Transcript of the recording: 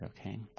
okay